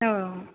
অঁ